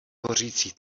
hořící